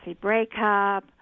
breakup